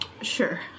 Sure